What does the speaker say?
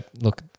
look